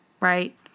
right